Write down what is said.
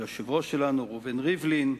היושב-ראש שלנו ראובן ריבלין,